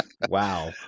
Wow